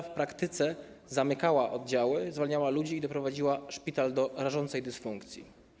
W praktyce zamykała oddziały, zwalniała ludzi i doprowadziła szpital do rażącej dysfunkcji.